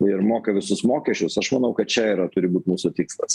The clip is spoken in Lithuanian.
ir moka visus mokesčius aš manau kad čia yra turi būt mūsų tikslas